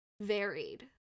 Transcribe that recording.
varied